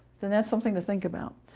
then that's something to think about,